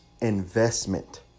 investment